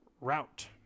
route